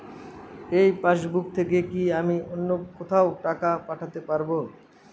এই পাসবুক থেকে কি আমি অন্য কোথাও টাকা পাঠাতে পারব?